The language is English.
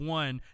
one